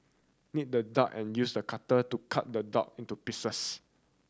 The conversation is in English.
knead the dough and use a cutter to cut the dough into pieces